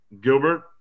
Gilbert